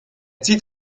zieht